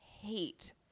hate